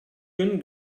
gün